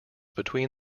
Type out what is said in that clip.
between